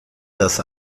das